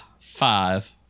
five